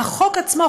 בחוק עצמו,